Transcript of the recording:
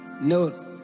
no